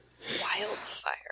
wildfire